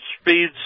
Speed's